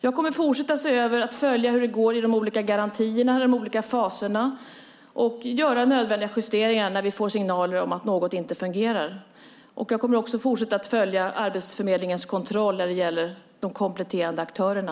Jag kommer att fortsätta att se över detta och följa hur det går i de olika garantierna, i de olika faserna, och göra nödvändiga justeringar när vi får signaler om att något inte fungerar. Jag kommer också att fortsätta att följa Arbetsförmedlingens kontroll när det gäller de kompletterande aktörerna.